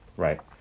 Right